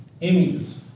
Images